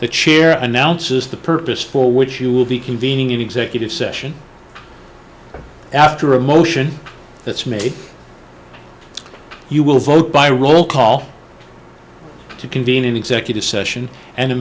the chair announces the purpose for which you will be convening executive session after a motion that's made you will vote by roll call to convene an executive session and